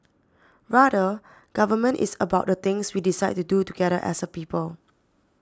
rather government is about the things we decide to do together as a people